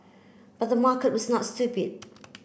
but the market was not stupid